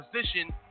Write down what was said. position